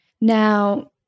Now